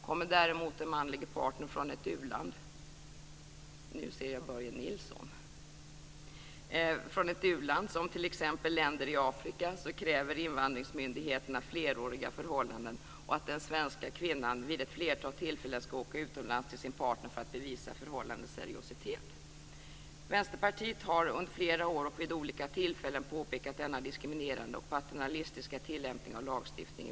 Kommer däremot den manlige partnern från ett u-land, som t.ex. länder i Afrika, kräver invandringsmyndigheterna fleråriga förhållanden och att den svenska kvinnan vid ett flertal tillfällen ska åka utomlands till sin partner för att bevisa förhållandets seriositet. Vänsterpartiet har under flera år och vid olika tillfällen påpekat denna diskriminerande och paternalistiska tillämpning av lagstiftningen.